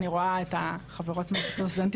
אני רואה את החברות מהנהנות.